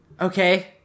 Okay